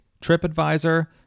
TripAdvisor